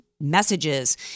messages